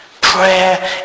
Prayer